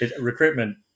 recruitment